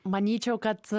manyčiau kad